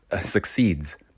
succeeds